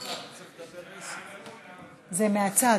זה מהצד.